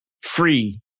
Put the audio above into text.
free